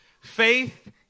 Faith